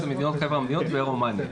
15 מדינות חבר המדינות ורומניה.